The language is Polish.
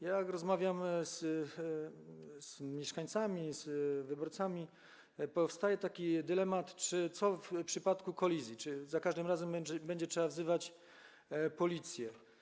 Jak rozmawiam z mieszkańcami, z wyborcami powstaje dylemat - co w przypadku kolizji, czy za każdym razem będzie trzeba wzywać policję.